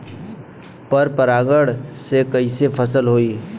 पर परागण से कईसे फसल होई?